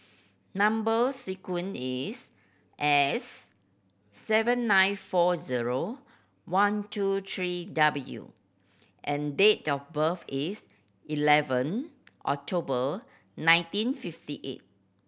number sequence is S seven nine four zero one two three W and date of birth is eleven October nineteen fifty eight